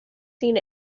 seen